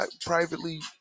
privately